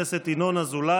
של חבר הכנסת ינון אזולאי.